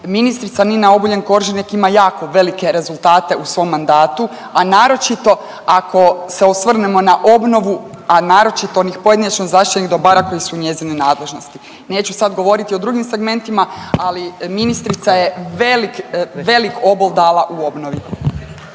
ministrica Nina Obuljen Koržinek ima jako velike rezultate u svom mandatu, a naročito ako se osvrnemo na obnovu, a naročito onih pojedinačno zaštićenih dobara koje su u njezinoj nadležnosti. Neću sad govoriti o drugim segmentima, ali ministrica je veliki, velik obol dala u obnovi.